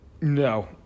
No